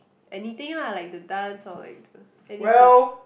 anything lah like the dance or like the anything